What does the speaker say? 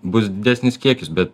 bus didesnis kiekis bet